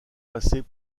passer